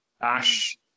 Ash